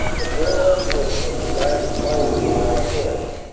and bourlon wood was at last finally in our hands.